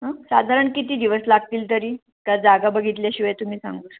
हं साधारण किती दिवस लागतील तरी का जागा बघितल्याशिवाय तुम्ही सांगू शक